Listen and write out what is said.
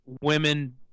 women